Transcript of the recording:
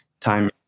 time